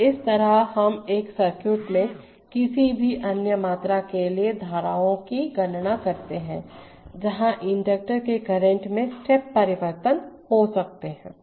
तो इस तरह हम एक सर्किट में किसी भी अन्य मात्रा के लिए धाराओं की गणना करते हैं जहाँ इंडक्टर के करंट में स्टेप परिवर्तन हो सकते हैं